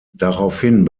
daraufhin